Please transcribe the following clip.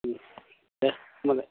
दे होनबालाय